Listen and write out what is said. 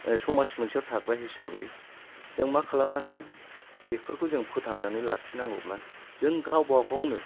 समाज मोनसेआव थाग्रा हिसाबै जों मा खालामनांगोन बेफोरखौ जों फोथांनानै लाखिनांगौब्ला जों गावबा गावनो